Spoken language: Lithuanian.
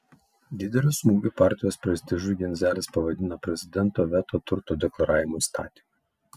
dideliu smūgiu partijos prestižui genzelis pavadino prezidento veto turto deklaravimo įstatymui